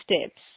steps